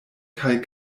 kaj